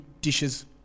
dishes